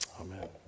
Amen